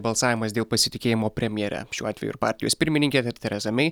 balsavimas dėl pasitikėjimo premjere šiuo atveju ir partijos pirmininke tereza mei